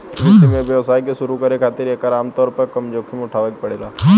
कृषि में व्यवसाय के शुरू करे खातिर एकर आमतौर पर कम जोखिम उठावे के पड़ेला